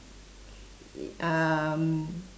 um